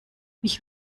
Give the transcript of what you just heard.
mich